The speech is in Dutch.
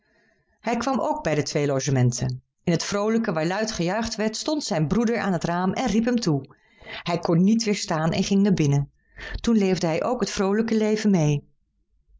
hij kwam ook bij de twee logementen in het vroolijke waar luid gejuicht werd stond zijn broeder aan het raam en riep hem toe hij kon niet weêrstaan en ging naar binnen toen leefde hij ook het vroolijke leven meê